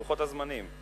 לוחות הזמנים.